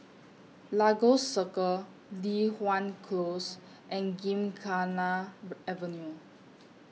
Lagos Circle Li Hwan Close and Gymkhana Avenue